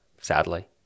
sadly